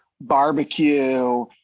barbecue